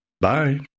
Bye